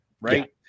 right